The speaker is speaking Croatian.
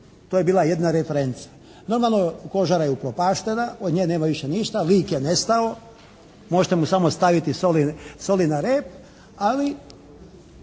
To je bila jedna referenca. Normalno kožara je upropaštena. Od nje nema više ništa. Lik je nestao. Možete mu samo staviti soli, soli na rep. Ali